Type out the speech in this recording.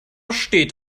steht